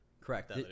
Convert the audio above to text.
correct